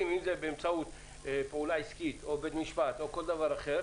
באמצעות פעולה עסקית או בית משפט או כל דבר אחר